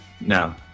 no